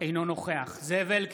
אינו נוכח זאב אלקין,